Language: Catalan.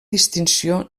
distinció